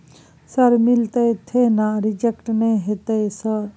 Sir मिलते थे ना रिजेक्ट नय होतय सर?